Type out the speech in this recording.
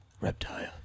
Reptile